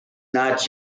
not